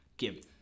give